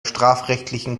strafrechtlichen